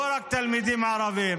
לא רק תלמידים ערבים.